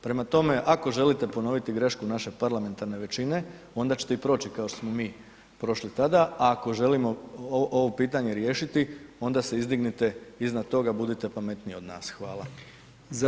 Prema tome, ako želite ponoviti grešku naše parlamentarne većine, onda ćete i proći kao što smo prošli tada, a ako želimo ovo pitanje riješiti onda se izdignite iznad toga, budite pametniji od nas, hvala.